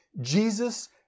Jesus